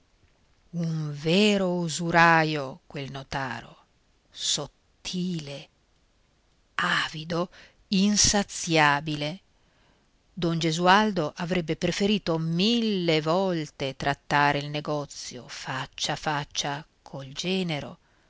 un vero usuraio quel notaro sottile avido insaziabile don gesualdo avrebbe preferito mille volte trattare il negozio faccia a faccia col genero